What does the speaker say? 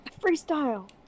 Freestyle